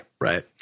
right